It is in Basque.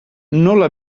nola